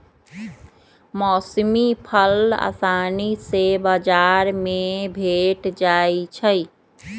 मौसमी फल असानी से बजार में भेंट जाइ छइ